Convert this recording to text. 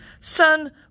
Son